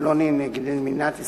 פלוני נ' מדינת ישראל,